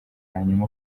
hanyuma